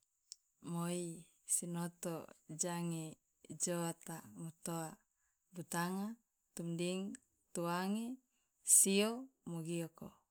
Moi sinoto jange joata motoa butanga tumding tuange sio mogioko.